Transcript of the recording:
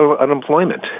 unemployment